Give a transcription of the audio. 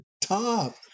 top